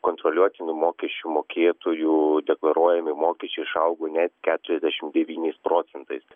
kontroliuotinų mokesčių mokėtojų deklaruojami mokesčiai išaugo net keturiasdešim devyniais procentais